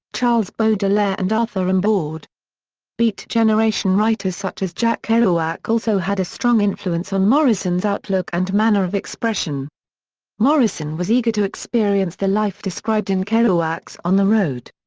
charles baudelaire and arthur and rimbaud. beat generation writers such as jack kerouac also had a strong influence on morrison's outlook and manner of expression morrison was eager to experience the life described in kerouac's on the road.